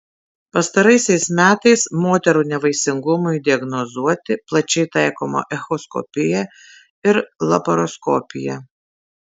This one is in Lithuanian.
pastaraisiais metais moterų nevaisingumui diagnozuoti plačiai taikoma echoskopija ir laparoskopija